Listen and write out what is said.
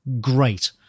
great